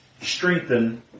strengthen